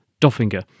Doffinger